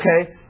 Okay